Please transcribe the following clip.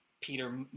Peter